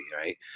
Right